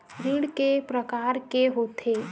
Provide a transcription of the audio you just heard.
ऋण के प्रकार के होथे?